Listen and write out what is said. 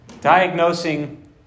diagnosing